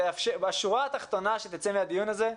ושהשורה התחתונה שתצא מהדיון הזה,